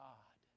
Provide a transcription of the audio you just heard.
God